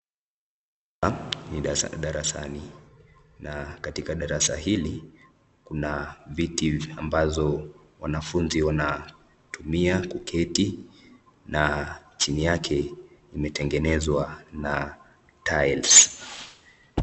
Hapa ni darasani, na katika darasa hili tunaona viti ambazo wanafunzi wanatumia kuketi na chini yake imetengenezwa na tiles .